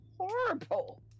horrible